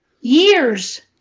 Years